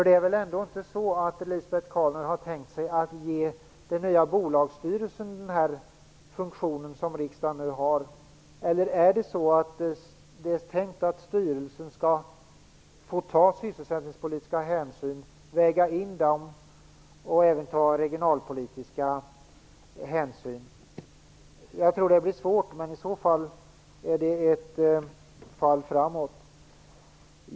Det är väl ändå inte så att Lisbet Calner har tänkt sig att ge den nya bolagsstyrelsen den funktion som riksdagen nu har? Eller är det tänkt att styrelsen skall få väga in både sysselsättningspolitiska och regionalpolitiska hänsyn? Jag tror att det blir svårt, men i så fall är det ju ett fall framåt.